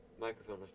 microphone